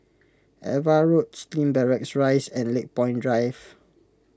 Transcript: Ava Road Slim Barracks Rise and Lakepoint Drive